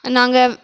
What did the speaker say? நாங்கள்